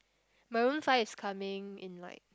Maroon-Five is coming in like